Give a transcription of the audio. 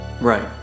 right